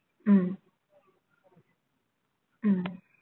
mm mm